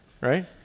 right